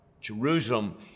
Jerusalem